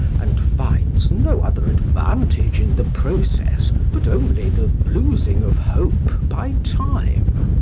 and finds no other advantage in the process but only the losing of hope by time.